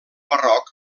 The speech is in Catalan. barroc